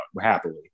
happily